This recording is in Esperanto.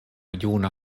juna